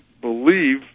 believe